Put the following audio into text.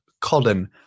Colin